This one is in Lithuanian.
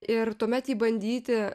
ir tuomet jį bandyti